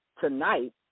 tonight